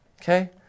Okay